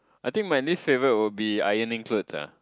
I think my least favorite will be ironing clothes ah